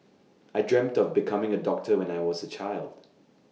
I dreamt of becoming A doctor when I was A child